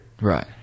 Right